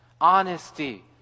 honesty